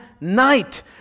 night